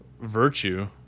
virtue